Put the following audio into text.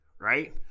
right